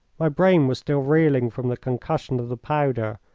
my brain was still reeling from the concussion of the powder,